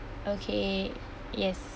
okay yes